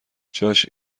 جاش